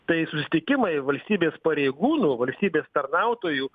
tai susitikimai valstybės pareigūnų valstybės tarnautojų